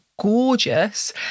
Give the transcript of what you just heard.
gorgeous